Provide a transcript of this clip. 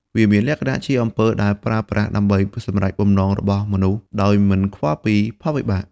វាមានលក្ខណៈជាអំពើដែលប្រើប្រាស់ដើម្បីសម្រេចបំណងរបស់មនុស្សដោយមិនខ្វល់ពីផលវិបាក។